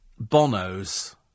Bono's